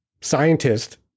scientist